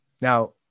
now